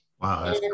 wow